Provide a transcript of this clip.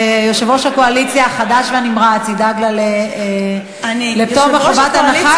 יושב-ראש הקואליציה החדש והנמרץ ידאג לה לפטור מחובת הנחה,